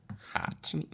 Hot